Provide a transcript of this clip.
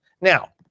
now